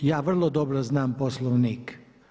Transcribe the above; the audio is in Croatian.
Ja vrlo dobro znam Poslovnik.